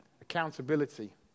accountability